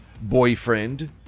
boyfriend